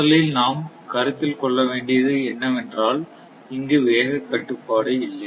முதலில் நாம் கருத்தில் கொள்ள வேண்டியது என்னவென்றால் இங்கு வேகக் கட்டுப்பாடு இல்லை